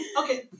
Okay